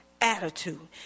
attitude